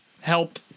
help